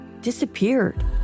disappeared